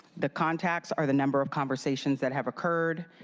the contacts are the number of conversations that have occurred.